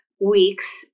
weeks